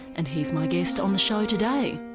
and he's my guest on the show today.